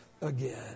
again